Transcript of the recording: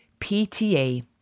PTA